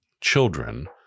children